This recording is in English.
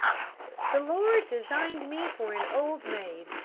the lord designed me for an old maid,